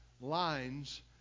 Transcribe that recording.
lines